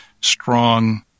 strong